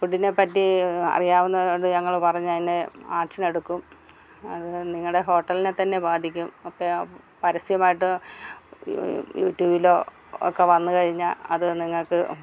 ഫുഡിനെപ്പറ്റി അറിയാവുന്നവരോട് ഞങ്ങൾ പറഞ്ഞു അതിന് ആക്ഷനെടുക്കും അത് നിങ്ങളുടെ ഹോട്ടലിനെത്തന്നെ ബാധിക്കും ഒക്കെ പരസ്യമായിട്ട് യൂട്യൂബിലോ ഒക്കെ വന്നു കഴിഞ്ഞാൽ അത് നിങ്ങൾക്ക്